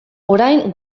orain